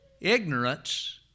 Ignorance